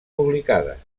publicades